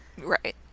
Right